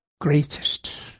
Greatest